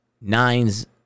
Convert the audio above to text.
Nines